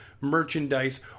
merchandise